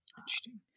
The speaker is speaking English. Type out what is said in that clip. Interesting